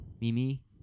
Mimi